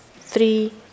three